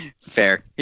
Fair